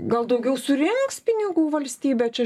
gal daugiau surinks pinigų valstybė čia